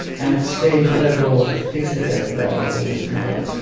and it's state level fixed-effect variable in this model.